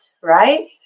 right